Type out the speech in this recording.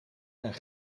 een